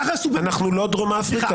ככה עשו במדינות --- ואנחנו לא דרום אפריקה.